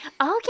Okay